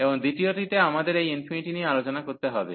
এবং দ্বিতীয়টিতে আমাদের এই ইনফিনিটি নিয়ে আলোচনা করতে হবে